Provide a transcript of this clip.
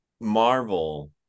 Marvel